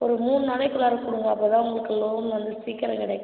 ஒரு மூணு நாளைக்குள்ளாரே கொடுங்க அப்போதான் உங்களுக்கு லோன் வந்து சீக்கிரம் கிடைக்கும்